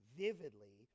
vividly